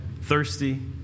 thirsty